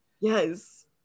Yes